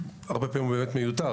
שהרבה פעמים הוא באמת מיותר